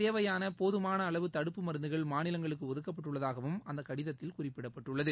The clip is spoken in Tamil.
தேவையானபோதுமானஅளவு இதற்குத் தடுப்பு மருந்துகள் மாநிலங்களுக்குஒதுக்கப்பட்டுள்ளதாகவும் அந்தகடிதத்தில் குறிப்பிடப்பட்டுள்ளது